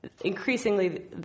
Increasingly